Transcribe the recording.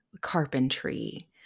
carpentry